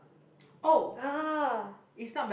uh